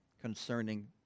concerning